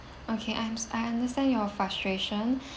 okay I'm I understand your frustration